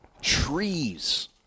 trees